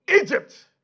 Egypt